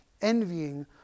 envying